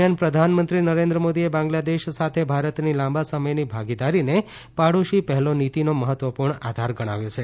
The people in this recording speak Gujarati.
દરમિયાન પ્રધાનમંત્રી નરેન્દ્ર મોદીએ બાંગ્લાદેશ સાથે ભારતની લાંબા સમયની ભાગીદારીને પડોશી પહેલો નીતિનો મહત્વપૂર્ણ આધાર ગણાવ્યો છે